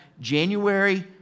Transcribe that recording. January